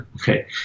Okay